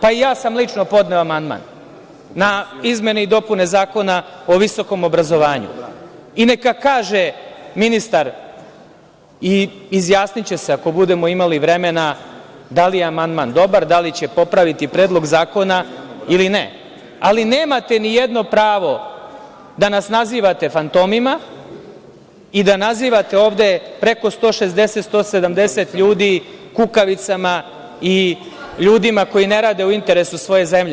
Pa i ja sam lično podneo amandman na izmene i dopune Zakona o visokom obrazovanju i neka kaže ministar i izjasniće se ako budemo imali vremena da li je amandman dobar, da li će popraviti Predlog zakona ili ne, ali nemate ni jedno pravo da nas nazivate fantomima i da nazivate ovde preko 160-170 ljudi kukavicama i ljudima koji ne rade u interesu svoje zemlje.